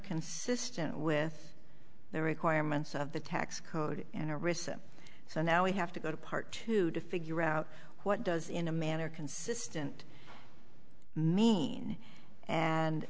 consistent with the requirements of the tax code in a recession so now we have to go to part two to figure out what does in a manner consistent mean and